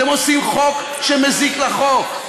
אתם מחוקקים חוק שמזיק לחוק.